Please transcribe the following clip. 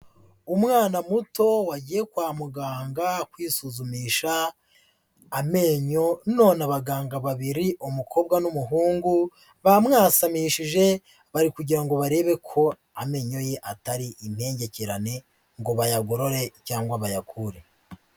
Umwana muto, wagiye kwa muganga kwisuzumisha amenyo none abaganga babiri umukobwa n'umuhungu, bamwasamishije bari kugira ngo barebe ko amenyo ye atari impengekerane ngo bayagorore cyangwa bayakure.